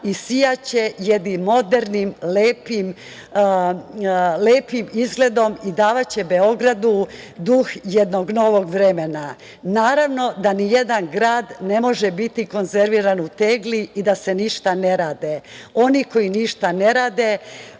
i sijaće jednim modernim, lepim izgledom i davaće Beogradu duh jednog novog vremena. Naravno da nijedan grad ne može biti konzerviran u tegli i da se ništa ne radi. Oni koji ništa ne rade